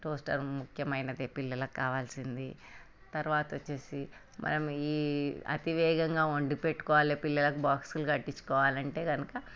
toaster ముఖ్యమైనది పిల్లలకి కావలసింది తర్వాత వచ్చేసి మనం ఈ అతివేగంగా వండి పెట్టుకోవాలి పిల్లలకి బాక్సులు కట్టిచ్చుకోవలంటే కనుక